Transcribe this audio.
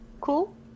Cool